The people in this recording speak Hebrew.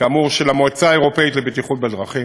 כאמור, של המועצה האירופית לבטיחות בדרכים,